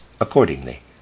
accordingly